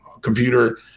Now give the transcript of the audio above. computer